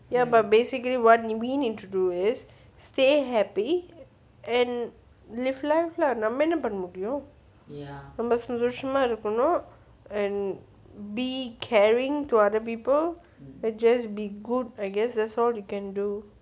ya but basically what we need to do is stay happy and live life lah நம்ம என்ன பண்ண முடியும் நம்ம சந்தோஷமா இருக்கனும்:namma enna panna mudiyum namma santhoshama irukkanum and be caring to other people and just be good I guess that's all you can do